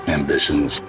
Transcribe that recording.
ambitions